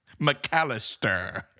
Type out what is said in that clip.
McAllister